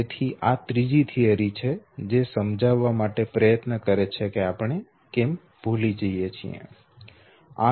તેથી આ ત્રીજી થીયરી છે જે સમજાવવા માટે પ્રયત્ન કરે છે કે આપણે કેમ ભૂલી જઈએ છીએ